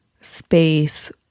space